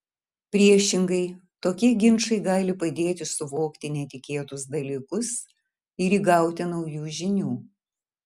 priešingai tokie ginčai gali padėti suvokti netikėtus dalykus ir įgauti naujų žinių